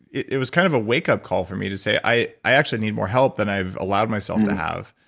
it was kind of a wake-up call for me to say, i i actually need more help than i've allowed myself to have.